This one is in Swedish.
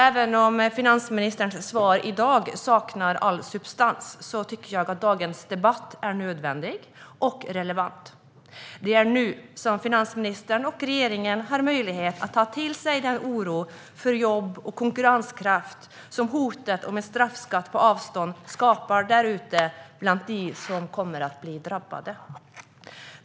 Även om finansministerns svar i dag saknar all substans tycker jag att dagens debatt är nödvändig och relevant. Det är nu som finansministern och regeringen har möjlighet att ta till sig den oro för jobb och konkurrenskraft som hotet om en straffskatt på avstånd skapar där ute bland dem som kommer att bli drabbade.